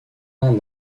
nom